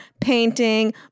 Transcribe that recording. painting